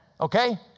Okay